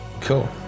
Cool